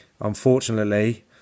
unfortunately